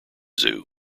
zoo